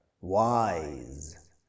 wise